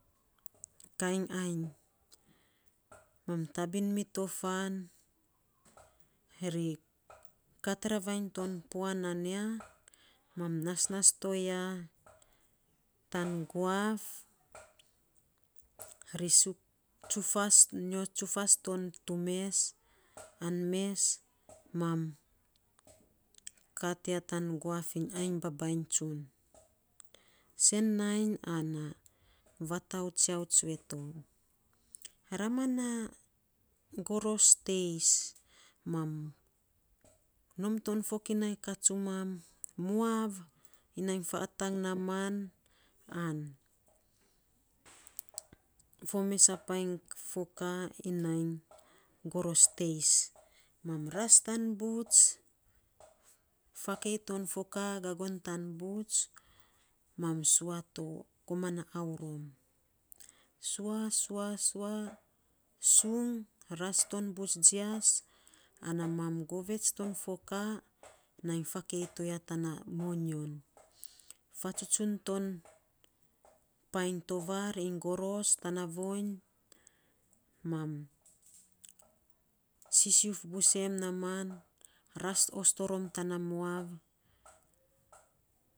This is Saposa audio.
Kainy ainy mam tabin mito fan ri kat ravainy ton puan nan nia, mam nasnas to ya tan guaf, ri tsufas to tu mes, tsufas. Nyo tsufas to mes an mes mam kat ya tan guaf iny ainy babainy tsun. Sen nainy ana vatau tsiau tsue to, ra ma nai goros teis, mam non ton fokinai ka tsumam, muav, iny fa atang naaman an fo mes a painy foka iny nai goros teis, mam ras tan buts, fakei ton foka koman tan buts ma sua, to koman na aurom, sua. sua. sua sung ana mam govets ton foka ana mam faakei toya tana mam sisiuf busem naaman ras osto rom tana moav.